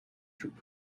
through